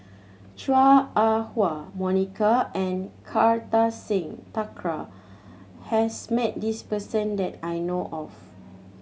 Chua Ah Huwa Monica and Kartar Singh Thakral has met this person that I know of